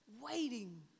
waiting